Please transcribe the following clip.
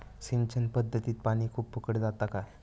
सिंचन पध्दतीत पानी खूप फुकट जाता काय?